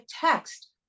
text